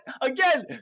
again